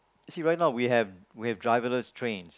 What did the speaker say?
you see right not now we have we have driverless trains